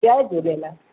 Jay Jhulelal